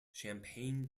champagne